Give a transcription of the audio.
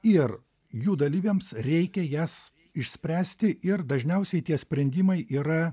ir jų dalyviams reikia jas išspręsti ir dažniausiai tie sprendimai yra